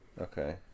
Okay